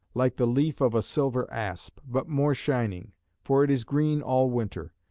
like the leaf of a silver asp but more shining for it is green all winter.